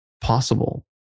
possible